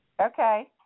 Okay